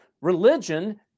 religion